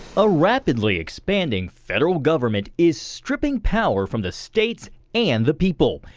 a rapidly expanding federal government is stripping power from the states and the people.